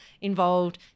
involved